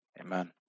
amen